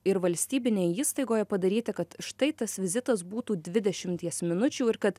ir valstybinėje įstaigoje padaryti kad štai tas vizitas būtų dvidešimties minučių ir kad